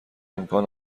امکان